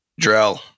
Drell